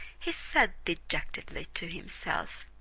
he said dejectedly to himself,